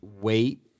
wait